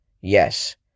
Yes